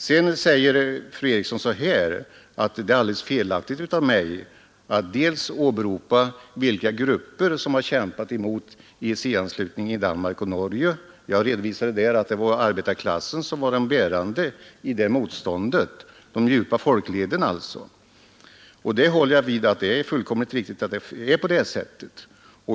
Sedan säger fru Eriksson att det är alldeles felaktigt av mig att åberopa vilka grupper som har kämpat emot EEC-anslutning i Danmark och Norge. Jag redovisade att arbetarklassen var den bärande i motståndet, alltså de djupa folkleden. Jag håller på att det är fullkomligt riktigt.